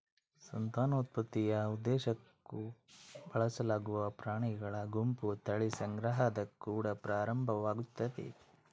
ಸಂತಾನೋತ್ಪತ್ತಿಯ ಉದ್ದೇಶುಕ್ಕ ಬಳಸಲಾಗುವ ಪ್ರಾಣಿಗಳ ಗುಂಪು ತಳಿ ಸಂಗ್ರಹದ ಕುಡ ಪ್ರಾರಂಭವಾಗ್ತತೆ